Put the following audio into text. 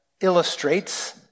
illustrates